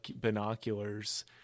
binoculars